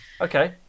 Okay